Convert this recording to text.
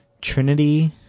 Trinity